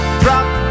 drop